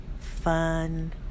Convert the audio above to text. fun